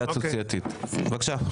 בבקשה.